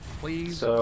Please